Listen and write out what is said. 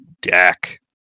deck